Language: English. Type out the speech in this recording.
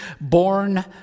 Born